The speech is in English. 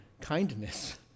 kindness